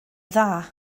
dda